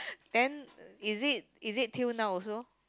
then is it is it till now also